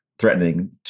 threatening